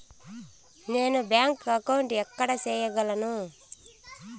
నేను bank account ఎక్కడ సేయగలను